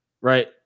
right